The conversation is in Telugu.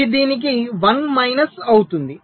ఇది దీనికి 1 మైనస్ అవుతుంది